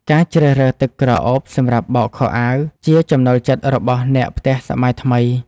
ការជ្រើសរើសទឹកក្រអូបសម្រាប់បោកខោអាវ ជាចំណូលចិត្តរបស់អ្នកផ្ទះសម័យថ្មី។